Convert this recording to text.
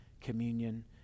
communion